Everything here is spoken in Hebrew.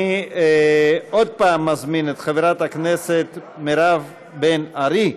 אני עוד פעם מזמין את חברת הכנסת מירב בן ארי,